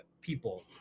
people